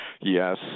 Yes